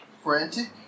frantic